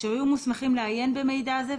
אשר יהיו מוסמכים לעיין במידע זה,